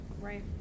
Right